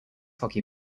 hockey